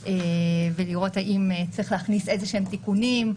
ולראות האם צריך להכניס איזשהם תיקונים,